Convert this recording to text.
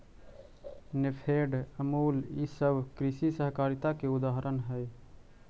नेफेड, अमूल ई सब कृषि सहकारिता के उदाहरण हई